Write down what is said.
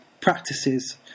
practices